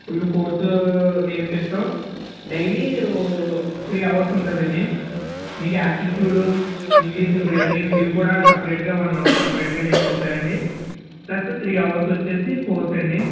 full course నేర్పిస్తాము daily three hours ఉంటుందండి మీకు యాప్టిట్యూడు ఇంగ్లీషు రీజనింగ్ ఇవి కూడా సపరేట్గా వన్ అవర్ సపరేట్గా నేర్పిస్తారండి ప్లస్ త్రీ అవర్స్ వచ్చి కోర్స్ అండి